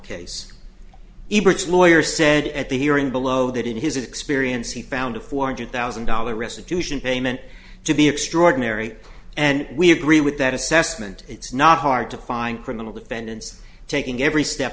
case lawyer said at the hearing below that in his experience he found a four hundred thousand dollars restitution payment to be extraordinary and we agree with that assessment it's not hard to find criminal defendants taking every step